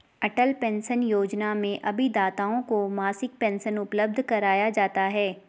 अटल pension योजना में अभिदाताओं को मासिक पेंशन उपलब्ध कराया जाता है